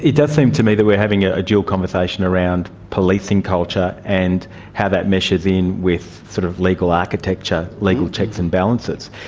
it seem to me that we are having a dual conversation around policing culture and how that measures in with sort of legal architecture, legal checks and balances.